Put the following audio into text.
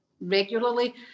regularly